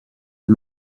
and